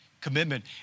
commitment